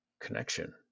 connection